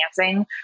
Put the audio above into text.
dancing